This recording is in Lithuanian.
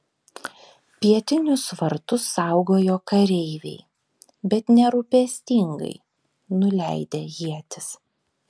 pietinius vartus saugojo kareiviai bet nerūpestingai nuleidę ietis